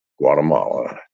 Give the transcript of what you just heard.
Guatemala